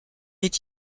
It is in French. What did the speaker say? est